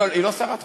היא לא שרת חוץ?